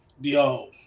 Yo